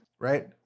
Right